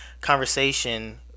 conversation